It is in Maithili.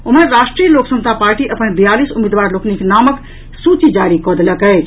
ओम्हर राष्ट्रीय लोक समता पार्टी अपन बियालीस उम्मीदवार लोकनिक नामक सूची जारी कऽ देलक अछि